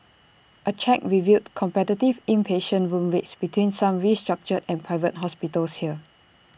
A check revealed competitive inpatient room rates between some restructured and Private Hospitals here